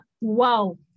Wow